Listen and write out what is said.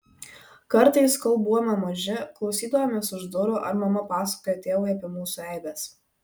kartais kol buvome maži klausydavomės už durų ar mama pasakoja tėvui apie mūsų eibes